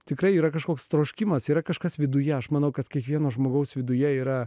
tikrai yra kažkoks troškimas yra kažkas viduje aš manau kad kiekvieno žmogaus viduje yra